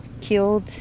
killed